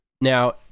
now